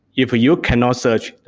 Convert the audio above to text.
if you cannot search,